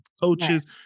coaches